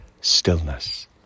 Stillness